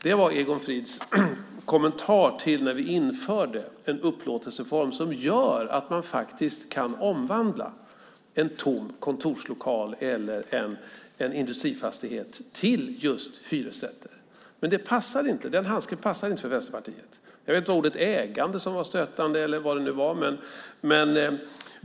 Det var Egon Frids kommentar när vi införde en upplåtelseform som gör att man kan omvandla en tom kontorslokal eller en industrifastighet till just hyresrätter. Den handsken passar inte Vänsterpartiet. Jag vet inte om det var ordet ägande som var stötande eller vad det var.